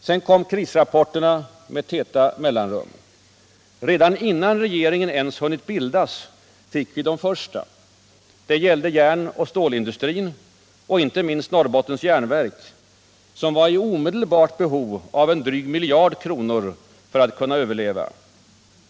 Sedan kom krisrapporterna med täta mellanrum. Redan innan regeringen ens hunnit bildas fick vi de första. De gällde järnoch stålindustrin, och inte minst NJA, som var i omedelbart behov av en dryg miljard kronor för att kunna överleva.